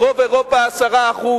ברוב אירופה, 10%,